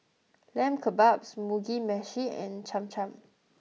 Lamb Kebabs Mugi Meshi and Cham Cham